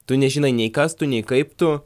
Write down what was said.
tu nežinai nei kas tu nei kaip tu